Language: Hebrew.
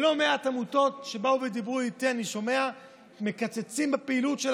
מלא מעט עמותות שדיברו איתי אני שומע שהן מקצצות בפעילות.